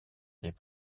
les